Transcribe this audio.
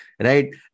Right